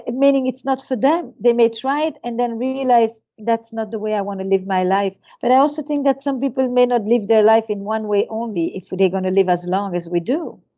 and meaning it's not for them they may try and then realize that's not the way i want to live my life. but i also think that some people may not live their life in one way only if they're going to live as long as we do.